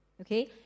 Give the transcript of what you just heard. okay